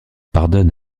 pardonne